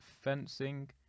fencing